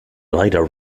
later